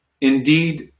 Indeed